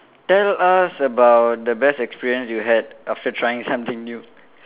tell us about the best experience you had after trying something new